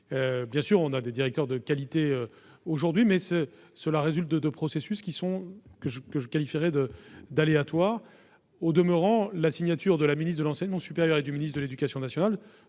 d'ores et déjà des directeurs de qualité ; mais cela résulte de processus que je qualifierais d'aléatoires. Au demeurant, les signatures de la ministre de l'enseignement supérieur et du ministre de l'éducation nationale